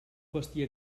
vestia